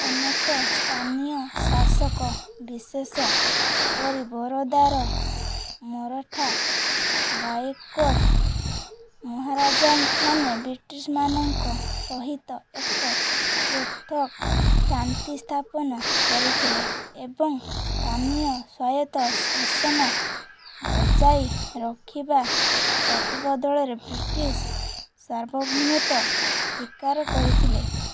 ଅନେକ ସ୍ଥାନୀୟ ଶାସକ ବିଶେଷ କରି ବରୋଦାର ମରଠା ଗାଇକ୍ୱାଡ଼୍ ମହାରାଜା ମାନେ ବ୍ରିଟିଶ୍ ମାନଙ୍କ ସହିତ ଏକ ପୃଥକ୍ ଶାନ୍ତି ସ୍ଥାପନା କରିଥିଲେ ଏବଂ ସ୍ଥାନୀୟ ସ୍ୱାୟତ ଶାସନ ବଜାୟୀ ରଖିବା ପ୍ରତିବଦଳରେ ବ୍ରିଟିଶ୍ ସାର୍ବଭୌମତ ଶିକାର କରିଥିଲେ